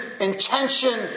intention